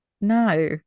no